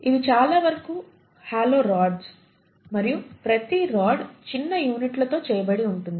ఇవి చాలా వరకు హాలో రాడ్స్ మరియు ప్రతి రాడ్ చిన్న యూనిట్ల తో చేయబడి ఉంటుంది